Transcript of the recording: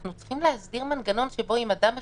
אנחנו צריכים להסדיר מנגנון שבו אם אדם מחוסן,